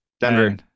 Denver